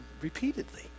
repeatedly